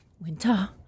winter